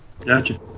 Gotcha